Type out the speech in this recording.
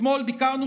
אתמול ביקרנו,